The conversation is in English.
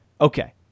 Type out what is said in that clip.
Okay